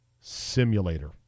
simulator